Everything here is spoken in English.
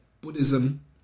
Buddhism